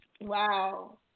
Wow